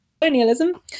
colonialism